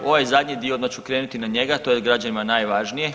Ovaj zadnji dio odmah ću krenuti na njega, to je građanima najvažnije.